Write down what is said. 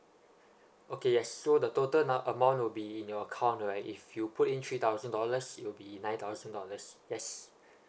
okay yes so the total now amount will be in your account right if you put in three thousand dollars it'll be nine thousand dollars yes